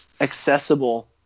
accessible